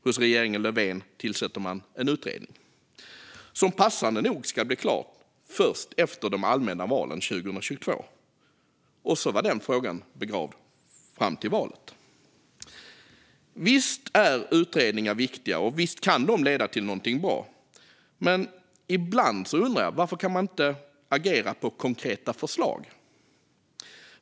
Hos regeringen Löfven tillsätter man en utredning, som passande nog ska bli klar först efter de allmänna valen 2022. Så var den frågan begravd fram till valet. Visst är utredningar viktiga, och visst kan de leda till något bra. Men ibland undrar jag varför man inte kan agera på konkreta förslag.